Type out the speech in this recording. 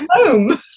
home